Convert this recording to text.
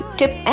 tip